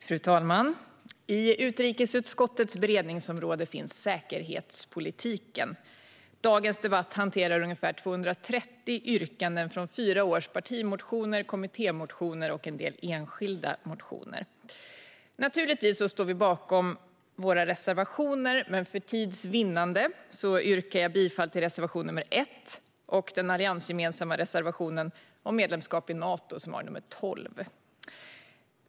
Fru talman! Till utrikesutskottets beredningsområde hör säkerhetspolitiken. Dagens debatt behandlar ungefär 230 yrkanden från fyra års partimotioner och kommittémotioner samt en del enskilda motioner. Naturligtvis står vi bakom samtliga våra reservationer, men för tids vinnande yrkar jag bifall endast till reservation 1 och till den alliansgemensamma reservationen om medlemskap i Nato, reservation 12.